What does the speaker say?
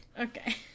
Okay